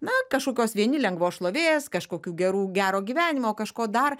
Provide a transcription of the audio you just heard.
na kažkokios vieni lengvos šlovės kažkokių gerų gero gyvenimo kažko dar